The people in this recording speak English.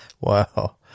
Wow